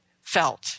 felt